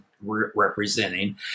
representing